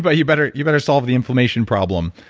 but you better you better solve the inflammation problem.